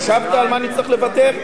חשבת על מה נצטרך לוותר?